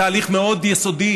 תהליך מאוד יסודי,